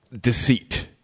deceit